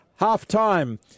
Halftime